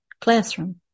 classroom